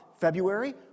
February